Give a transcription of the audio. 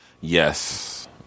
Yes